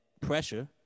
pressure